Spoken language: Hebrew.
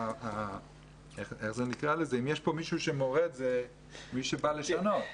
אם יש כאן מישהו שמורד זה מי שבא לשנות.